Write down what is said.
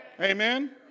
Amen